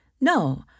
No